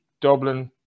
Dublin